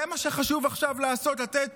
זה מה שחשוב עכשיו לעשות, לתת